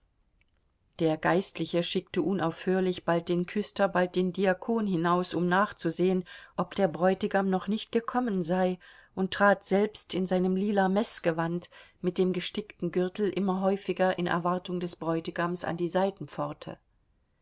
der geistliche schickte unaufhörlich bald den küster bald den diakon hinaus um nachzusehen ob der bräutigam noch nicht gekommen sei und trat selbst in seinem lila meßgewand mit dem gestickten gürtel immer häufiger in erwartung des bräutigams an die